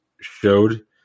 showed